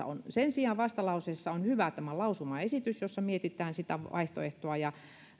on sen sijaan vastalauseessa on hyvä tämä lausumaesitys jossa mietitään sitä vaihtoehtoa ja